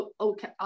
okay